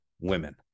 women